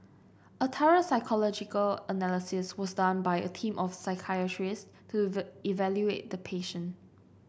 a thorough psychological analysis was done by a team of psychiatrists to evaluate the patient